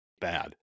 bad